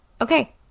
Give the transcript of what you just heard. Okay